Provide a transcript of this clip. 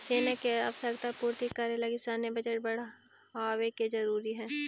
सेना के आवश्यकता पूर्ति करे लगी सैन्य बजट बढ़ावे के जरूरी हई